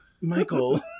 Michael